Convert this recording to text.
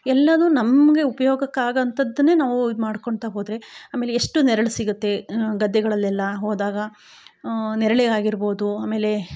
ಎಲ್ಲದು ನಮಗೆ ಉಪ್ಯೋಗಕ್ಕೆ ಆಗೋಅಂಥದ್ದನೆ ನಾವು ಇದು ಮಾಡ್ಕೊತ ಹೋದರೆ ಆಮೇಲೆ ಎಷ್ಟು ನೆರಳು ಸಿಗುತ್ತೆ ಗದ್ದೆಗಳಲೆಲ್ಲ ಹೋದಾಗ ನೆರಳಿಗಾಗಿರ್ಬೋದು ಆಮೇಲೆ